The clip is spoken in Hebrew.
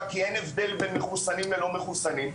כי אין הבדל בין מחוסנים ללא מחוסנים.